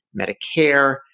Medicare